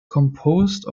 composed